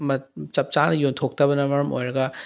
ꯆꯞ ꯆꯥꯅ ꯌꯣꯟꯊꯣꯛꯇꯕꯅ ꯃꯔꯝ ꯑꯣꯏꯔꯒ